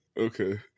Okay